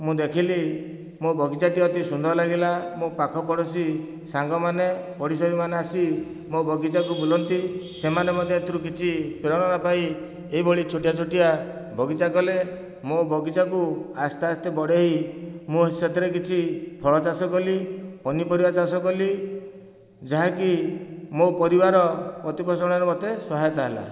ମୁଁ ଦେଖିଲି ମୋ ବଗିଚାଟି ଅତି ସୁନ୍ଦର ଲାଗିଲା ମୋ ପାଖ ପଡ଼ୋଶୀ ସାଙ୍ଗମାନେ ପଡ଼ିଶା ଲୋକ ମାନେ ଆସି ମୋ ବଗିଚାରେ ବୁଲନ୍ତି ସେମାନେ ମଧ୍ୟ ଏଥିରୁ ପ୍ରେରଣା ପାଇ ଏଇ ଭଳି ଛୋଟିଆ ଛୋଟିଆ ବଗିଚା କଲେ ମୋ ବଗିଚା କୁ ଆସ୍ତେ ଆସ୍ତେ ବଢ଼େଇ ମୁଁ ସେଥିରେ କିଛି ଫଳ ଚାଷ କଲି ପନିପରିବା ଚାଷ କଲି ଯାହାକି ମୋ ପରିବାର ପ୍ରତିପୋଷଣରେ ମୋତେ ସହାୟତା ହେଲା